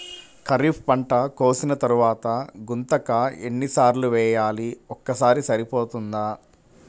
ఖరీఫ్ పంట కోసిన తరువాత గుంతక ఎన్ని సార్లు వేయాలి? ఒక్కసారి సరిపోతుందా?